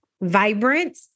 vibrant